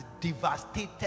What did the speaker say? devastated